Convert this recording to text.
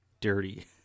dirty